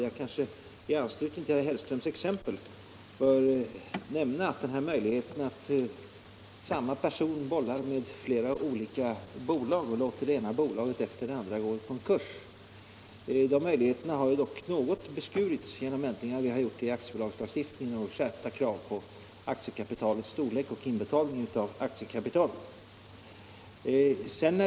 Jag bör kanske i anslutning till herr Hellströms exempel nämna att den här möjligheten att samma person bollar med olika företag och låter det ena bolaget efter det andra gå i konkurs har något beskurits genom de ändringar vi har gjort i aktiebolagslagstiftningen med skärpta krav på aktiekapitalets storlek och inbetalningen av aktiekapitalet.